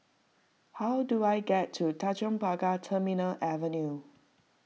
how do I get to Tanjong Pagar Terminal Avenue